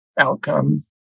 outcome